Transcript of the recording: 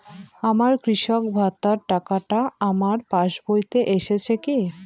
আমার কৃষক ভাতার টাকাটা আমার পাসবইতে এসেছে কি?